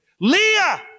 Leah